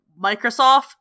Microsoft